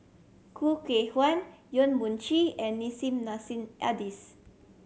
Khoo Kay Hian Yong Mun Chee and Nissim Nassim Adis